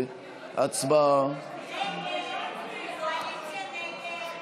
של מעונות היום לפעוטות ולילדות וילדים.